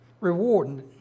rewarding